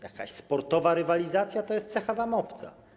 Jakaś sportowa rywalizacja to jest cecha wam obca.